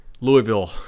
Louisville